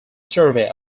survey